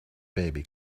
baby